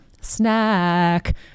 Snack